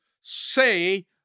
say